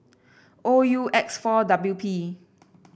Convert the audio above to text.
O U X four W P